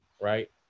right